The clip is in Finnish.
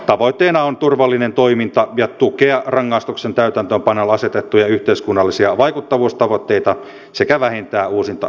tavoitteena on turvallinen toiminta ja se että tuetaan rangaistuksen täytäntöönpanolle asetettuja yhteiskunnallisia vaikuttavuustavoitteita sekä vähennetään uusintarikollisuutta